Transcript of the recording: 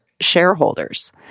shareholders